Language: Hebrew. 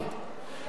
שאותה נימק